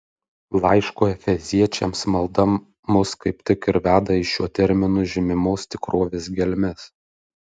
laiško efeziečiams malda mus kaip tik ir veda į šiuo terminu žymimos tikrovės gelmes